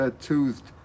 toothed